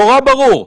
נורא ברור.